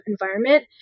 environment